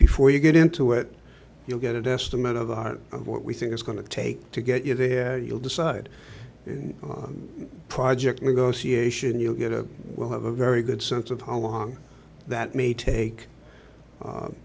before you get into it you'll get it estimate of the heart of what we think is going to take to get you there you'll decide and project negotiation you'll get a we'll have a very good sense of how long that may take